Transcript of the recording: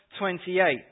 28